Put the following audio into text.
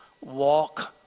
Walk